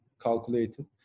calculated